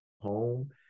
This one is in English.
home